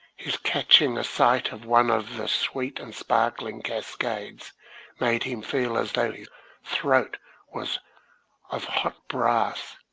his catching a sight of one of the sweet and sparkling cascades made him feel as though his throat was of hot brass,